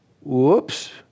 whoops